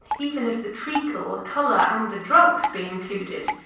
even if the treacle, colour, and the drugs, be included,